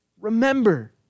Remember